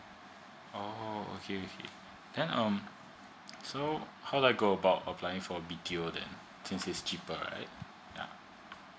oh okay okay then um so how do I go about applying for B_T_O then since it is cheaper right ya